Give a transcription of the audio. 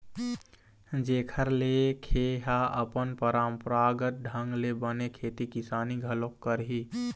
जेखर ले खे ह अपन पंरापरागत ढंग ले बने खेती किसानी घलोक करही